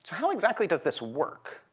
how exactly does this work?